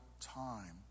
time